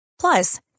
Plus